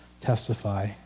testify